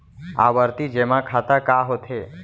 आवर्ती जेमा खाता का होथे?